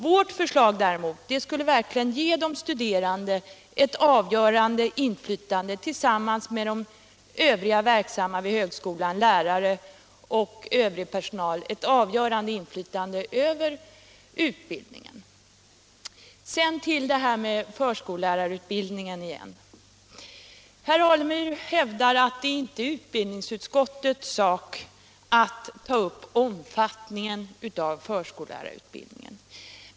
Vårt förslag däremot skulle verkligen ge de studerande tillsammans med lärare och övriga vid högskolan verksamma ett avgörande inflytande över utbildningen. Så till förskollärarutbildningen igen! Herr Alemyr hävdar att det inte är utbildningsutskottets sak att ta upp omfattningen av förskollärarutbildningen.